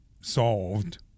solved